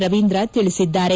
ರವೀಂದ್ರ ತಿಳಿಸಿದ್ದಾರೆ